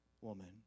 woman